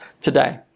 today